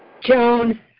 Joan